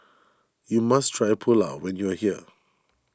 you must try Pulao when you are here